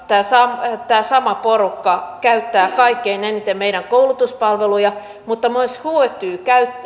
tämä sama porukka käyttää kaikkein eniten koulutuspalveluja mutta myös hyötyy